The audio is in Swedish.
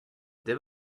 det